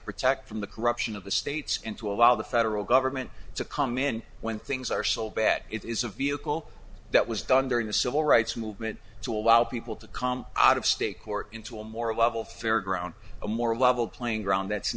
protect from the corruption of the states and to allow the federal government to come in when things are so bad it is a vehicle that was done during the civil rights movement to allow people to come out of state court into a more level fairground a more level playing ground that's